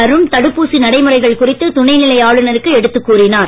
அருண் தடுப்பூசி நடைமுறைகள் குறித்து துணைநிலை அளுனருக்கு எடுத்துக் கூறினார்